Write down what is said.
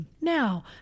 Now